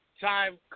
time